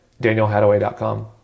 danielhadaway.com